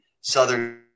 Southern